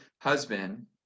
husband